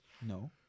No